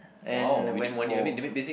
and went for